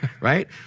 right